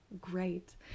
great